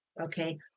Okay